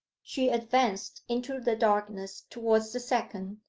she advanced into the darkness towards the second,